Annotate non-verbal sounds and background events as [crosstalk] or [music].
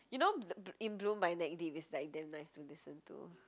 you know [noise] in bloom by neck-deep is damn nice to listen to